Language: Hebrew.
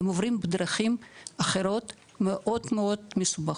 הם עוברים בדרכים אחרות מאוד מאוד מסובכות.